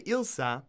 Ilsa